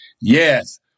Yes